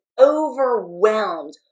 overwhelmed